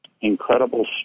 incredible